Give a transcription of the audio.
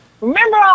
remember